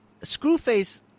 Screwface